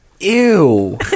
Ew